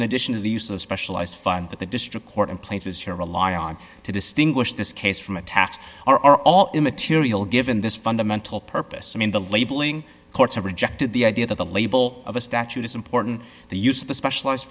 in addition to the use of the specialized fund that the district court and places here rely on to distinguish this case from attack are all immaterial given this fundamental purpose i mean the labeling courts have rejected the idea that the label of a statute is important the use of the specialized